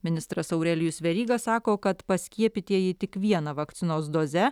ministras aurelijus veryga sako kad paskiepytieji tik viena vakcinos doze